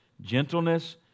gentleness